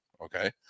Okay